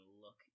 look